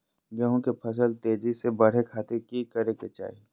गेहूं के फसल तेजी से बढ़े खातिर की करके चाहि?